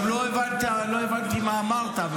אני גם לא הבנתי מה אמרת.